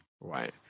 right